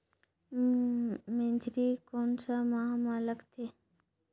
मेझरी कोन सा माह मां लगथे